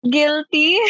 Guilty